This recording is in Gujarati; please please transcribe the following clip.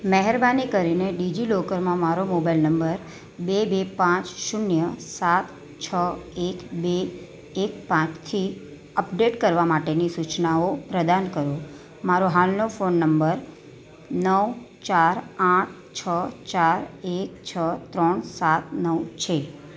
મહેરબાની કરીને ડિજિલોકરમાં મારો મોબાઇલ નંબર બે બે પાંચ શૂન્ય સાત છ એક બે એક પાંચથી અપડેટ કરવા માટેની સૂચનાઓ પ્રદાન કરો મારો હાલનો ફોન નંબર નવ ચાર આઠ છ ચાર એક છ ત્રણ સાત નવ છે